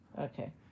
Okay